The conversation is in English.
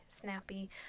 Snappy